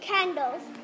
Candles